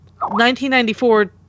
1994